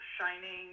shining